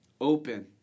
open